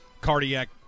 cardiac